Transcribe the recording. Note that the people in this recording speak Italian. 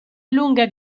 lunghe